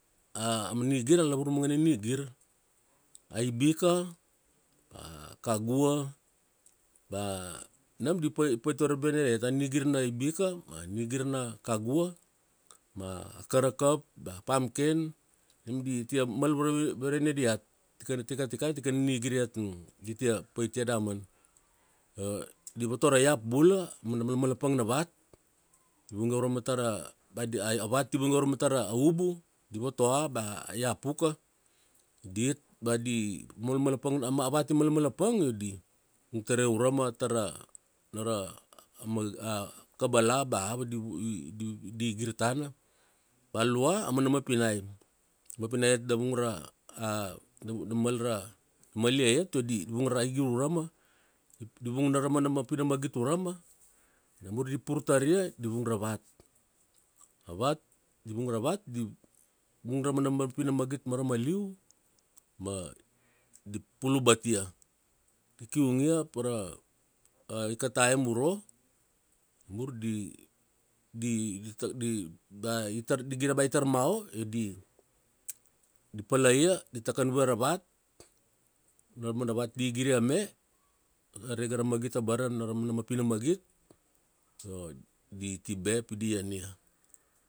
Mana nigir aumana lavur mangana nigir. Aibika, a kagua, bea, nam di pa- pait varbaiane, bea nigir na aibika bea nigir na kagua ma a karakap bea a pumkin. Nam di ti mal varbaiene diat. Tika tikai tikana nigir iat. Di tia pait ia damana. Di voto ra iap bula. Mana malmalapang na vat. Vung ia urama tara, ba dia ai vat di ung ia urama tara ubu, di votoa, ba iap uka, di, ba di malamalapang, a vat i malamalapang io di, vung taria urama tara, na ra, kabala ba ava na di, i, di igir tana. Bea lua a mana mapinai. Mapinai iat da vung ra, da mal ra, mal ia iat io di vung ra aigir urama, di vung na ra mana mapi ra magit urama, namur di pur taria, di vung ra vat. A vat, di vung ra vat, di, vung ra mapi na magit marama liu, ma di pulu batia. Di kiungia pa ra ika time uro, mur di, di, di, ta, bea di gire ba itar mao, di palaia, di takan vue ra vat, na ra mana vat di igiria me, arege ra magit abara, na ra mana mapi na magit, io, di tibe pi di ian ia.